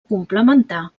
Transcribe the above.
complementar